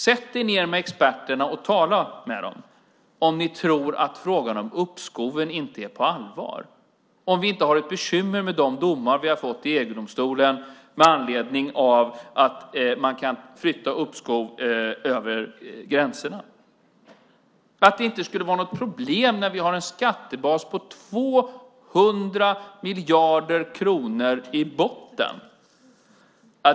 Sätt er ned med experterna och tala med dem om ni tror att frågan om uppskoven inte är på allvar, om vi inte har ett bekymmer med de domar vi har fått i EG-domstolen med anledning av att man kan flytta uppskov över gränserna och om det inte skulle vara ett problem när vi har en skattebas på 200 miljarder kronor i botten.